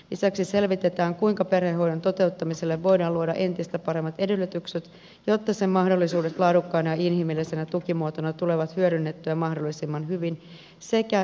lisäksi selvitetään kuinka perhehoidon toteuttamiselle voidaan luoda entistä paremmat edellytykset jotta sen mahdollisuudet laadukkaana ja inhimillisenä tukimuotona tulevat hyödynnettyä mahdollisimman hyvin